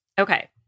Okay